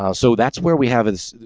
um so that's where we have is.